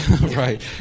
Right